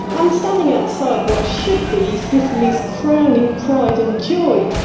i'm standing outside what should be sicily's crowning pride and joy.